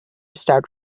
start